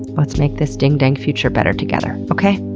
let's make this ding dang future better together, okay?